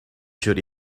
should